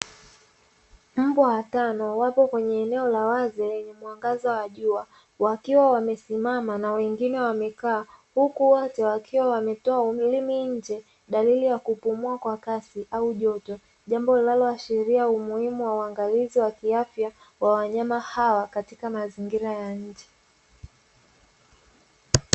Mbwa watano wapo kwenye eneo la wazi lenye mwangaza wa jua, wakiwa wamesimama na wengine wamekaa huku wote wakiwa wametoa ulimi nje dalili ya kupumua kwa kasi au joto; jambo linaloashiria umuhimu wa uangalizi wa kiafya wa wanyama hawa katika mazingira ya nje.